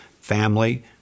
family